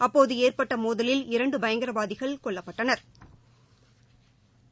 அப்போதுஏற்பட்டமோதலில் இரண்டுபயங்கரவாதிகள் கொல்லப்பட்டனா்